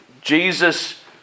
Jesus